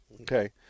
Okay